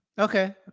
Okay